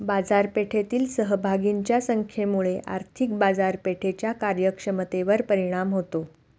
बाजारपेठेतील सहभागींच्या संख्येमुळे आर्थिक बाजारपेठेच्या कार्यक्षमतेवर परिणाम होतो